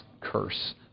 curse